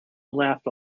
laughed